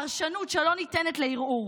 פרשנות שלא ניתנת לערעור.